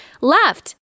left